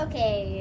Okay